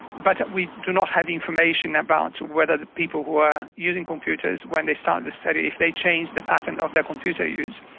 but we do not have the information about whether the people who are using computers when they start this study, if they change the pattern of their computer use.